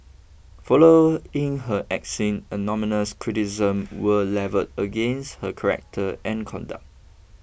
following her axing anonymous criticism were levelled against her correct and conduct